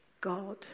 God